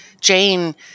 Jane